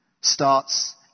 starts